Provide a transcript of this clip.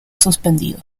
suspendido